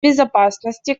безопасности